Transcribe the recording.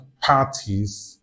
parties